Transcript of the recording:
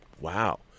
Wow